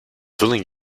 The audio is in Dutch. vulling